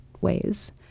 ways